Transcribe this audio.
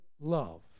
love